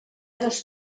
dos